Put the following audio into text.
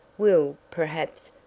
will, perhaps,